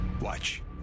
Watch